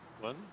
one